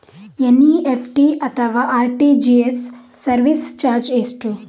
NEFT ಅಥವಾ RTGS service charge ಎಷ್ಟು?